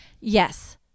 Yes